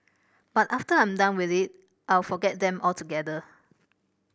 but after I'm done with it I'll forget them altogether